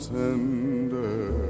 tender